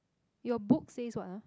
your book says what ah